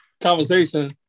conversation